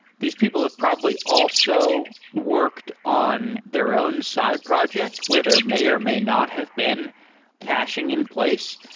these people have probably also worked on their own side project where there may or may not have been caching in place.